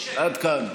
עד כאן.